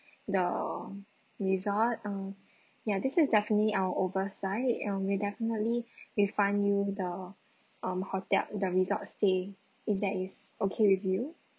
the resort uh ya this is definitely our oversight um we definitely refund you the um hotel the resort stay is that is okay with you